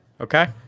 okay